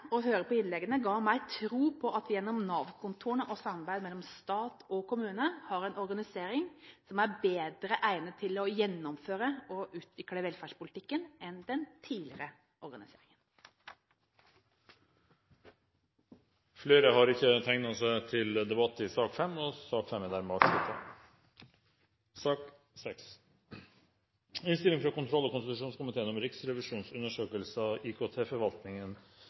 og høre på innleggene ga meg tro på at vi gjennom Nav-kontorene og samarbeid mellom stat og kommune har en organisering som er bedre egnet til å gjennomføre og utvikle velferdspolitikken enn den tidligere organiseringen. Flere har ikke bedt om ordet til sak nr. 5. IKT i